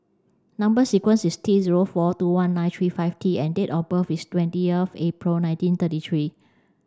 number sequence is T zero four two one nine three five T and date of birth is twentieth April nineteen thirty three